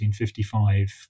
1955